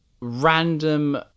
random